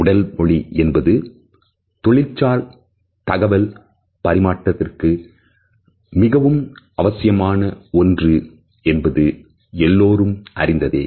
உடல் மொழி என்பது தொழில் சார் தகவல் பரிமாற்றத்திற்கு மிகவும் அவசியமான ஒன்று என்பது எல்லோரும் அறிந்ததே